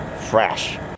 Fresh